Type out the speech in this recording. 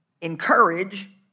encourage